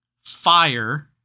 fire